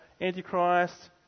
Antichrist